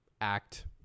Act